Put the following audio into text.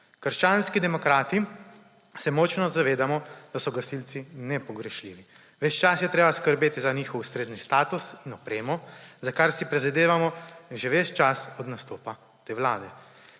Krščanski demokrati se močno zavedamo, da so gasilci nepogrešljivi. Ves čas je treba skrbeti za njihov ustrezen status in opremo, za kar si prizadevamo že ves čas od nastopa te vlade.